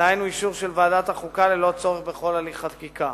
דהיינו אישור של ועדת החוקה ללא צורך בכל הליכי החקיקה.